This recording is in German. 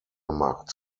macht